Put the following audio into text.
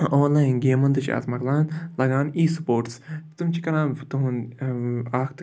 online گیمَن تہِ چھِ اَتھ مۄکلان لگان ای سپوٹٕس تِم چھِ کَران تُہُنٛد اَتھ